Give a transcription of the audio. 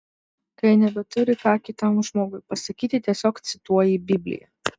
kai nebeturi ką kitam žmogui pasakyti tiesiog cituoji bibliją